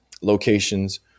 locations